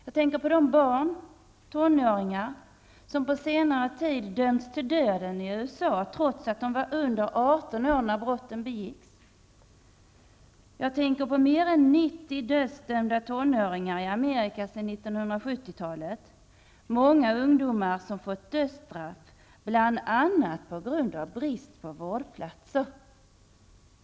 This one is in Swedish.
Jag tänker på de barn, tonåringar, som på senare tid dömts till döden i USA, trots att de varit under 18 år, när brotten begåtts. Jag tänker på mer än 90 dödsdömda tonåringar i Amerika sedan 1970-talet, många ungdomar som fått dödsstraff bl.a. på grund av brist på vårdplatser.